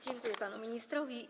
Dziękuję panu ministrowi.